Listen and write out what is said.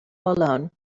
alone